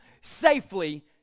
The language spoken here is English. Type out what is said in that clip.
safely